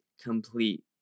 complete